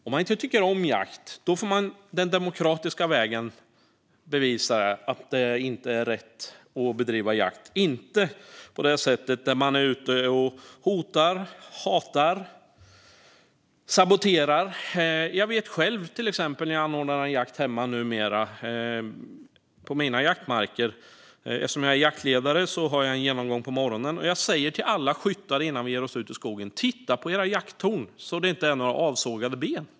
Om man inte tycker om jakt får man bevisa den demokratiska vägen att det inte är rätt att bedriva jakt, inte genom att vara ute och hota, hata och sabotera. Jag ser detta själv när jag numera ordnar en jakt hemma på mina jaktmarker. Eftersom jag är jaktledare har jag en genomgång på morgonen, och jag säger till alla skyttar innan vi ger oss ut i skogen: Titta på era jakttorn så att det inte är några avsågade ben!